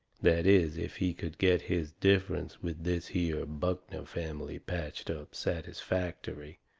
that is, if he could get his differences with this here buckner family patched up satisfactory.